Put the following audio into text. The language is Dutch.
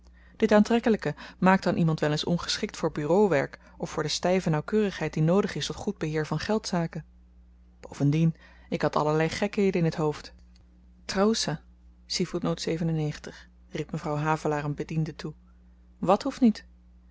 dit aantrekkelyke maakt dan iemand wel eens ongeschikt voor bureauwerk of voor de styve nauwkeurigheid die noodig is tot goed beheer van geldzaken bovendien ik had allerlei gekheden in t hoofd traoessa riep mevrouw havelaar een bediende toe wàt hoeft niet